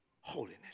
holiness